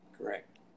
Correct